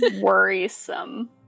worrisome